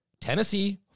Tennessee